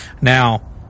Now